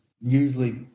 usually